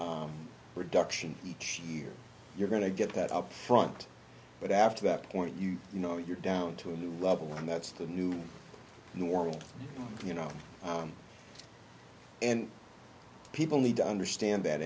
reduction each year you're going to get that up front but after that point you know you're down to a new level and that's the new normal you know and people need to understand that